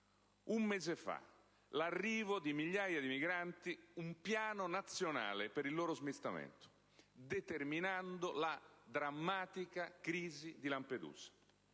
un mese fa, l'arrivo di migliaia di migranti - un piano nazionale per il loro smistamento, determinando la drammatica crisi di Lampedusa.